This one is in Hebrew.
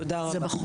תודה רבה.